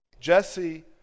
Jesse